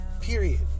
period